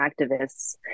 activists